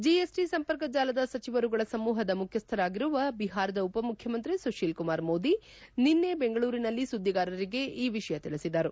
GST ಸಂಪರ್ಕ ಜಾಲದ ಸಚಿವರುಗಳ ಸಮೂಹದ ಮುಖ್ಯಸ್ಥರಾಗಿರುವ ಬಿಹಾರದ ಉಪಮುಖ್ಯಮಂತ್ರಿ ಸುಶೀಲ್ ಕುಮಾರ್ ಮೋದಿ ನಿನ್ನೆ ಬೆಂಗಳೂರಿನಲ್ಲಿ ಸುದ್ದಿಗಾರರಿಗೆ ಈ ವಿಷಯ ತಿಳಿಸಿದರು